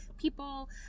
people